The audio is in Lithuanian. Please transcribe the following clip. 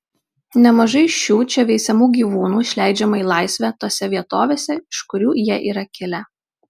nemažai šių čia veisiamų gyvūnų išleidžiama į laisvę tose vietovėse iš kurių jie yra kilę